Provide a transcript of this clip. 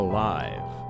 Alive